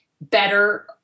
better